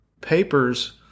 papers